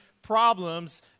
problems